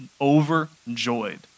overjoyed